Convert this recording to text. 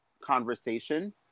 conversation